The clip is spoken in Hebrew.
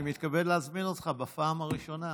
אני מתכבד להזמין אותך בפעם הראשונה.